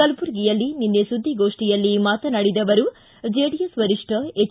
ಕಲಬುರಗಿಯಲ್ಲಿ ನಿನ್ನೆ ಸುದ್ದಿಗೋಷ್ಠಿಯಲ್ಲಿ ಮಾತನಾಡಿದ ಅವರು ಜೆಡಿಎಸ್ ವರಿಷ್ಠ ಎಚ್